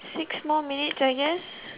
six more minutes I guess